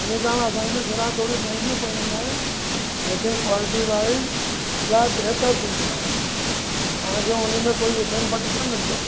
इन कारण असांजूं सिरां थोरियूं महांगियूं पवंदियूं आहिनि लेकिन कॉविलिटीअ वाइस इलाही बहितर थींदियूं आहिनि तव्हांखे उनेमें कोई इफ़ एंड बट न मिलंदो